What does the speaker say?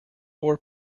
war